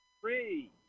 Three